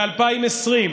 ב-2020,